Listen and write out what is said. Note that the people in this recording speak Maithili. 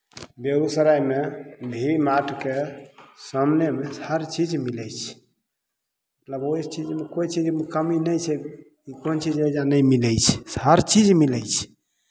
बेगूसरायमे भी मार्टके सामनेमे हर चीज मिलै छै लगभग ओहि चीजमे कोइ चीजमे कमी नहि छै कोन चीज हइ जे नहि मिलै छै हर चीज मिलै छै